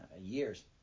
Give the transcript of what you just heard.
years